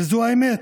וזו האמת.